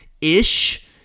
ish